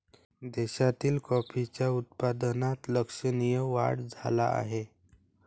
देशातील कॉफीच्या उत्पादनात लक्षणीय वाढ झाला आहे